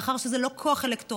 מאחר שזה לא כוח אלקטורלי,